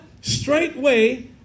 Straightway